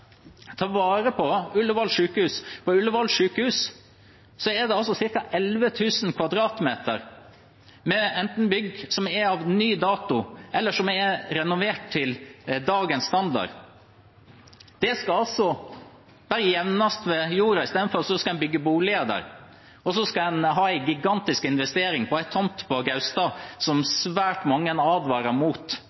ta vare på Ullevål sykehus. På Ullevål sykehus er det altså ca. 11 000 kvm med enten bygg som er av ny dato, eller som er renovert til dagens standard. Det skal altså bare jevnes med jorda. Istedenfor skal en bygge boliger der, og så skal en ha en gigantisk investering på en tomt på Gaustad som svært mange advarer